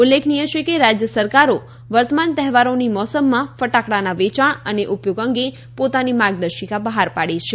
ઉલ્લેખનીય છે કે રાજ્ય સરકારો વર્તમાન તહેવારોની મોસમમાં ફટાકડાના વેચાણ અને ઉપયોગ અંગે પોતાની માર્ગદર્શિકા બહાર પાડી રહી છે